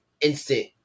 Instant